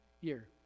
year